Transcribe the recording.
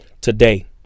today